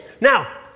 Now